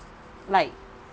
like